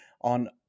on